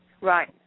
Right